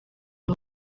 uyu